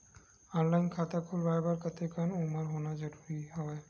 Online खाता खुलवाय बर कतेक उमर होना जरूरी हवय?